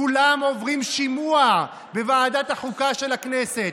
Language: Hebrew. כולם עוברים שימוע בוועדת החוקה של הכנסת,